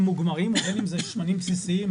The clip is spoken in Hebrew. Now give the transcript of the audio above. מוגמרים ובין אם זה שמנים בסיסיים,